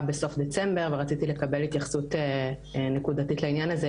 בסוף חודש דצמבר 2021 ורציתי לקבל התייחסות נקודתית לעניין הזה,